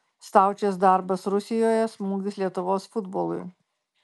staučės darbas rusijoje smūgis lietuvos futbolui